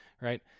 Right